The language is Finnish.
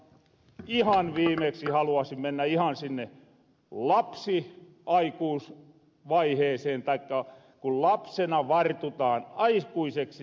ihan viimeksi haluaasin mennä ihan siihen vaiheeseen kun lapsena vartutaan aikuiseksi